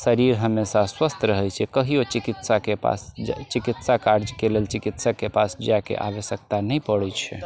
शरीर हमेशा स्वस्थ रहै छै कहियौ चिकित्साके पास चिकित्सा कार्यके लिअ चिकित्सकके पास जाइके आवश्यकता नै पड़ै छै